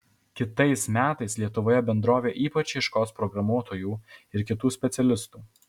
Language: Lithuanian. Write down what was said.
kitais metais lietuvoje bendrovė ypač ieškos programuotojų ir kitų specialistų